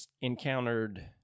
encountered